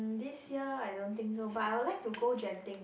this year I don't think so but I would like to go Genting eh